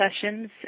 sessions